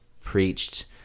preached